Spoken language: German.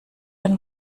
ein